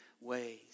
ways